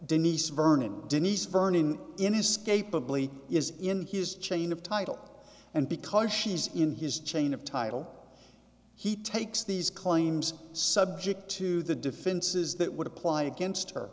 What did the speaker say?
denise vernon and denise vernon inescapably is in his chain of title and because she's in his chain of title he takes these claims subject to the defenses that would apply against her